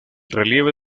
relieve